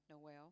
Noel